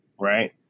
right